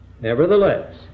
nevertheless